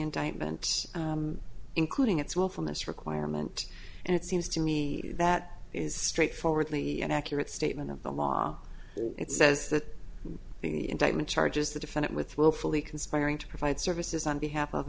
indictment including its will from this requirement and it seems to me that is straightforwardly an accurate statement of the law it says that the indictment charges the defendant with willfully conspiring to provide services on behalf of